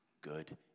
good